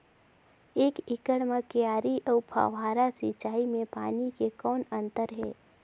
एक एकड़ म क्यारी अउ फव्वारा सिंचाई मे पानी के कौन अंतर हे?